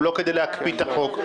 הוא לא כדי להקפיא את החוק.